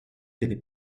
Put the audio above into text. delle